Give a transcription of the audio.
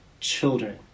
children